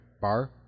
Bar